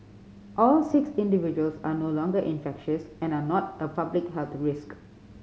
all six individuals are no longer infectious and are not a public health risk